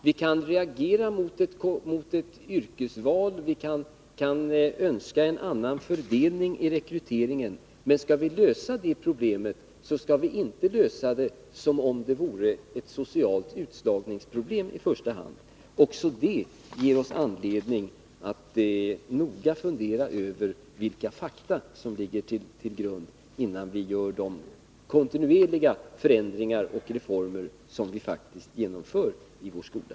Vi kan reagera mot de traditionella yrkesvalen och vi kan önska en annan fördelning när det gäller rekryteringen, men om vi skall lösa problemet, skall vi inte i första hand betrakta det som ett problem som har att göra med social utslagning. Också här har vi anledning att noga fundera över vilka fakta som ligger bakom, innan vi genomför de kontinuerliga förändringar och de reformer som vi faktiskt genomför i vår skola.